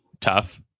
tough